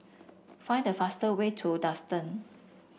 find the fast way to Duxton